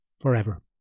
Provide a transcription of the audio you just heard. forever